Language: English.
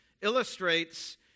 illustrates